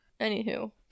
Anywho